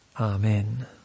Amen